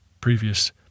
previous